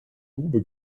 grube